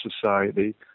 society